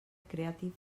creative